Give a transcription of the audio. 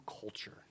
culture